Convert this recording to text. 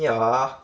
yeah